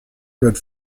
red